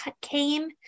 came